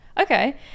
Okay